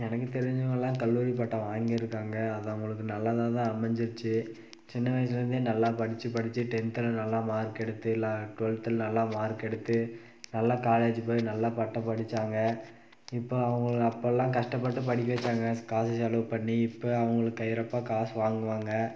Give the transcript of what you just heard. எனக்கு தெரிஞ்சவங்களாம் கல்லூரி பட்டம் வாங்கியிருக்காங்க அது அவங்களுக்கு நல்லதாக தான் அமைஞ்சிச்சி சின்ன வயசுலேருந்தே நல்லா படித்து படித்து டென்த்தில் நல்லா மார்க்கெடுத்து டுவல்த்தில் நல்லா மார்க்கெடுத்து நல்லா காலேஜ் போய் நல்லா பட்டம் படித்தாங்க இப்போ அவங்கள அப்போலாம் கஷ்டபட்டு படிக்க வைச்சாங்க காசு செலவு பண்ணி இப்போ அவங்க கையில் இப்போது காசு வாங்குவாங்க